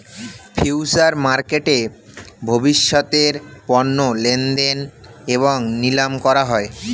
future মার্কেটে ভবিষ্যতের পণ্য লেনদেন এবং নিলাম করা হয়